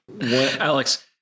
alex